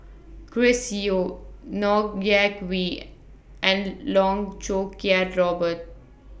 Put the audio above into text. Chris Yeo Ng Yak Whee and Loh Choo Kiat Robert